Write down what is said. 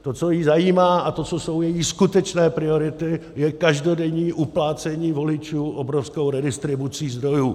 To, co ji zajímá, a to, co jsou její skutečné priority, je každodenní uplácení voličů obrovskou redistribucí zdrojů.